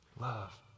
love